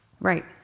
Right